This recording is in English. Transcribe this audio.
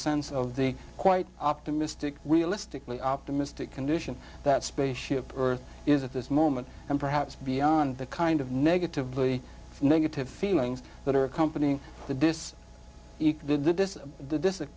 sense of the quite optimistic realistically optimistic condition that space ship earth is at this moment and perhaps beyond the kind of negatively negative feelings that are accompanying the dis ease this